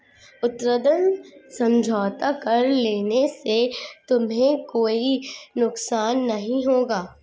ऋण समझौता कर लेने से तुम्हें कोई नुकसान नहीं होगा